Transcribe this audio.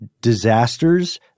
disasters